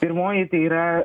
pirmoji tai yra